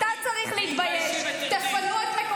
את, את מפלגת.